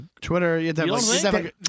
Twitter